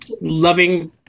loving